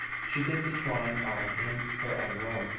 she did the trying-on in her own room,